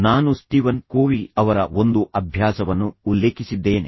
ನಾನು Steven Covey Steven Covey's ಅವರ ಒಂದು ಅಭ್ಯಾಸವನ್ನು ಉಲ್ಲೇಖಿಸಿದ್ದೇನೆ